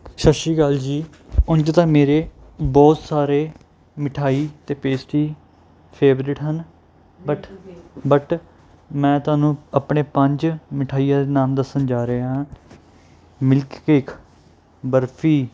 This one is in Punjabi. ਸਤਿ ਸ਼੍ਰੀ ਅਕਾਲ ਜੀ ਉਂਝ ਤਾਂ ਮੇਰੇ ਬਹੁਤ ਸਾਰੇ ਮਿਠਾਈ ਅਤੇ ਪੇਸਟੀ ਫੇਵਰੇਟ ਹਨ ਬਟ ਬਟ ਮੈਂ ਤੁਹਾਨੂੰ ਆਪਣੇ ਪੰਜ ਮਿਠਾਈਆਂ ਦੇ ਨਾਮ ਦੱਸਣ ਜਾ ਰਿਹਾ ਹਾਂ ਮਿਲਕ ਕੇਕ ਬਰਫੀ